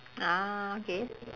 ah okay